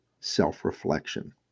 Self-Reflection